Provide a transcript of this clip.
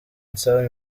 nsaba